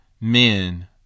men